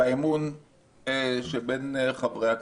באמון שבין חברי הכנסת.